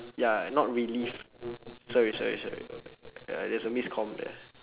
ya not relief sorry sorry sorry ya there's a miscomm there